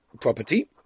property